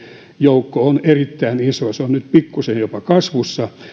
joukko on erittäin iso ja se on nyt pikkusen jopa kasvussa